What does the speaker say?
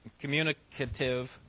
communicative